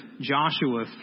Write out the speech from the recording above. Joshua